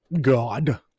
god